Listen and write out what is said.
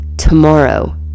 tomorrow